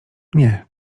nie